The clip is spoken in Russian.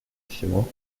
всего